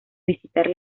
visitar